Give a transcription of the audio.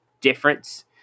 difference